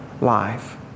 life